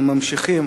אנחנו ממשיכים